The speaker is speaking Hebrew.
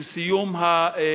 של סיום הכיבוש.